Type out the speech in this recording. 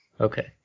okay